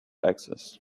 access